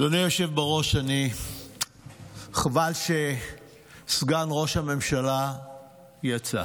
היושב בראש, חבל שסגן ראש הממשלה יצא.